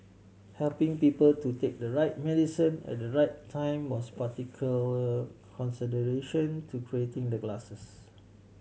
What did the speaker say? helping people to take the right medicine at the right time was particular consideration to creating the glasses